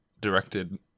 directed